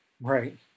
right